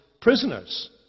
prisoners